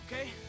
okay